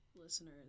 listeners